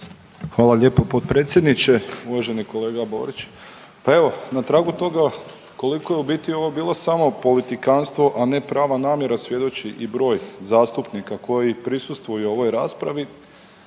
Hvala lijepo potpredsjedniče. Uvaženi kolega Borić. Pa evo na tragu toga koliko je u biti ovo bilo samo politikanstvo, a ne prava namjera svjedoči i broj zastupnika koji prisustvuje ovoj raspravi